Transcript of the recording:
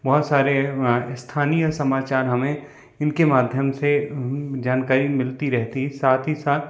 बहुत सारे स्थानीय समाचार हमें इनके माध्यम से जानकारी मिलती रहती है साथ ही साथ